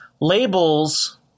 labels